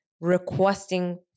requesting